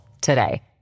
today